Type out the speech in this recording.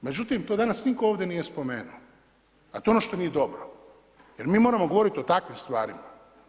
Međutim do danas nitko ovdje nije spomenuo, a to je ono što nije dobro jer mi moramo govoriti o takvim stvarima.